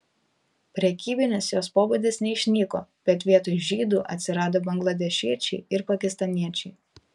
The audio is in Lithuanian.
prekybinis jos pobūdis neišnyko bet vietoj žydų atsirado bangladešiečiai ir pakistaniečiai